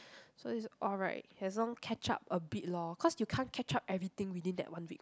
so is alright as long catch up a bit lor cause you can't catch up everything within that one week